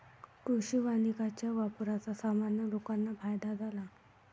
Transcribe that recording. कृषी वानिकाच्या वापराचा सामान्य लोकांना फायदा झाला